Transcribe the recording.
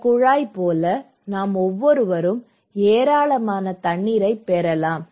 இந்த குழாய் போல நாம் ஒவ்வொருவரும் ஏராளமான தண்ணீரைப் பெறலாம்